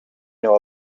know